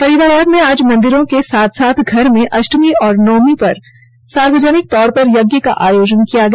फरीदाबाद में आज मंदिरों के साथ घर घर में अष्टमी एवं नवमी पर सार्वजनिक तौर पर यज्ञ का आयोजन किया गया